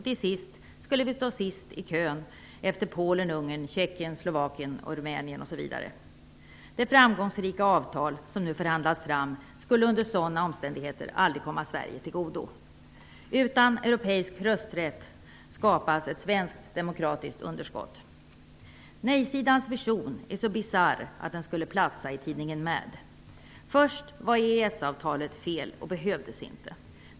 Till slut skulle vi stå sist i kön efter Polen, Ungern, Tjeckien, Slovakien och Rumänien. Det framgångsrika avtal som nu förhandlats fram skulle under sådana omständigheter aldrig komma Sverige till godo. Utan europeisk rösträtt skapas ett svenskt demokratiskt underskott. Nej-sidans vision är så bisarr att den skulle platsa i tidningen Mad. Först var EES-avtalet fel. Det behövdes inte.